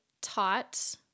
taught